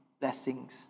blessings